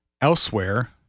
elsewhere